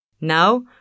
Now